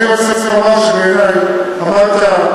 אני רוצה לומר שבעיני, אמרת: